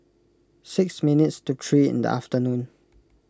six minutes to three in the afternoon